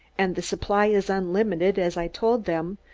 and the supply is unlimited, as i told them,